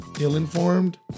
ill-informed